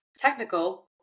technical